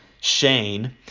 Shane